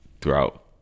throughout